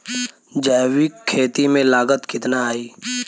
जैविक खेती में लागत कितना आई?